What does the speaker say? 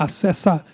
Acessa